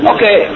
Okay